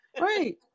right